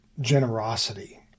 generosity